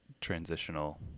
transitional